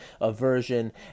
aversion